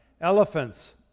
elephants